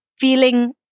Feeling